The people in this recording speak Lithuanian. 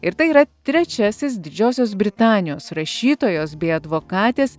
ir tai yra trečiasis didžiosios britanijos rašytojos bei advokatės